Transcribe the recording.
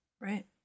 right